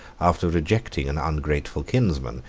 after rejecting an ungrateful kinsman,